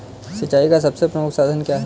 सिंचाई का सबसे प्रमुख साधन क्या है?